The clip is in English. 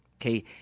okay